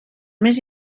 més